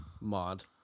Mod